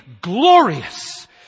glorious